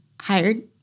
hired